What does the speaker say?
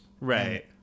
Right